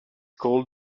called